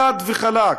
חד וחלק.